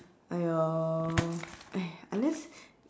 !aiyo! unless